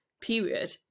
period